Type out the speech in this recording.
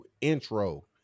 intro